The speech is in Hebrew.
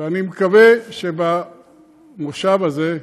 ואני מקווה שבכנס הזה,